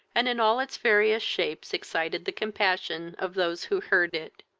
and in all its various shapes excited the compassion of those who heard it.